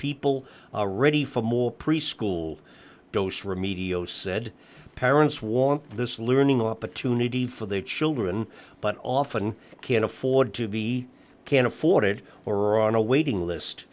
people are ready for more preschool dos remedios said parents want this learning opportunity for their children but often can't afford to be can't afford it or are on a waiting list